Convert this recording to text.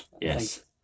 Yes